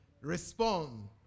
respond